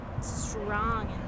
strong